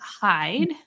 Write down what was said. hide